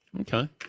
Okay